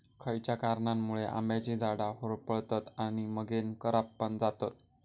खयच्या कारणांमुळे आम्याची झाडा होरपळतत आणि मगेन करपान जातत?